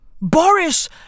Boris